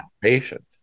patient